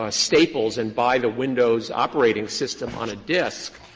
ah staples and buy the windows operating system on a disk,